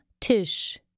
Tisch